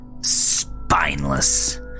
Spineless